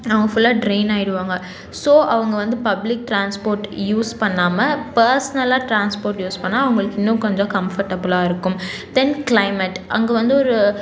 அவங்க ஃபுல்லாக ட்ரெயின் ஆகிருவாங்க ஸோ அவங்க வந்து பப்ளிக் ட்ரான்ஸ்போர்ட் யூஸ் பண்ணாமல் பர்சனலாக ட்ரான்ஸ்போர்ட் யூஸ் பண்ணால் அவங்களுக்கு இன்னும் கொஞ்சம் கம்போர்டபுளாக இருக்கும் தென் கிளைமேட் அங்கே வந்து ஒரு